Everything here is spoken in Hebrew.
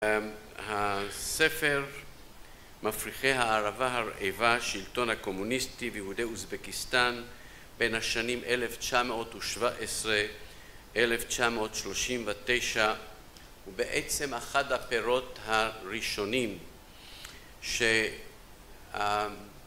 הספר "מפריחי הערבה הרעבה שלטון הקומוניסטי ויהודי אוזבקיסטן בין השנים אלף תשע מאות ושבע עשרה אלף תשע מאות שלושים ותשע" הוא בעצם אחת הפירות הראשונים שה